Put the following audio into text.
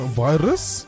virus